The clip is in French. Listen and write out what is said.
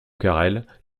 carrel